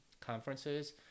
conferences